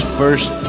first